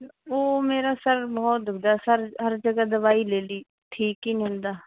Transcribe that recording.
ਉਹ ਮੇਰਾ ਸਿਰ ਬਹੁਤ ਦੁੱਖਦਾ ਸਿਰ ਹਰ ਜਗ੍ਹਾ ਦਵਾਈ ਲੈ ਲਈ ਠੀਕ ਹੀ ਨਹੀਂ ਹੁੰਦਾ